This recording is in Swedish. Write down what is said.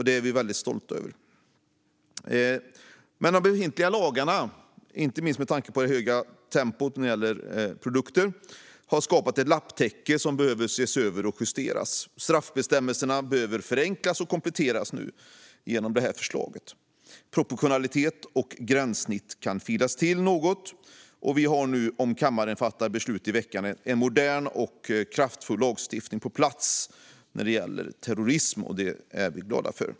Det är vi väldigt stolta över. Men de befintliga lagarna har, inte minst med tanke på det höga tempot när det gäller produkterna, skapat ett lapptäcke som behöver ses över och justeras. Straffbestämmelserna behöver förenklas och kompletteras, och det görs nu genom det här förslaget. Proportionalitet och gränssnitt kan filas till något. Vi får nu, om kammaren fattar beslut i veckan, en modern och kraftfull lagstiftning på plats när det gäller terrorism, och det är vi glada för.